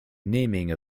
naming